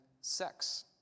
sex